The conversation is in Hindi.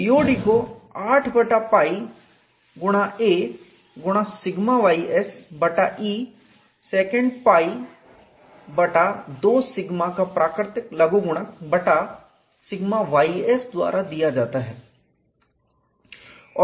COD को 8 बटा पाई गुणा a गुणा σys बटा E सेकन्ट पाई बटा 2 σ का प्राकृतिक लघुगुणक नेचुरल लॉगरिथम बटा σys द्वारा दिया जाता है